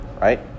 right